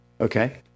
Okay